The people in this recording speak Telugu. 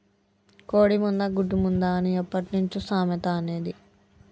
కోడి ముందా, గుడ్డు ముందా అని ఎప్పట్నుంచో సామెత అనేది